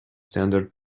standard